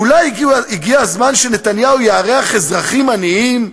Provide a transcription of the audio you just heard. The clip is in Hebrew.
אולי הגיע הזמן שנתניהו יארח אזרחים עניים,